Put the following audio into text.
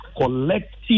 collective